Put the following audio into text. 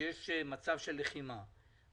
פונים אליכם כשיש מצב של לחימה בדרום.